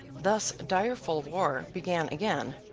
thus, direful war began again,